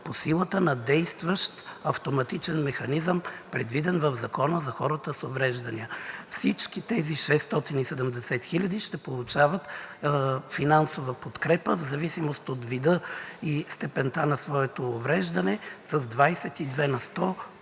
по силата на действащ автоматичен механизъм, предвиден в Закона за хората с увреждания. Всички тези 670 хиляди ще получават финансова подкрепа, в зависимост от вида и степента на своето увреждане, с 22% по-високи